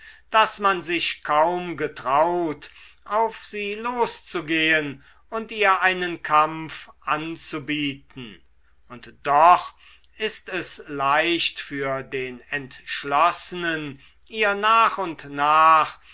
daß man sich kaum getraut auf sie loszugehen und ihr einen kampf anzubieten und doch ist es leicht für den entschlossenen ihr nach und nach